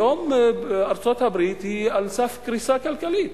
היום ארצות-הברית על סף קריסה כלכלית.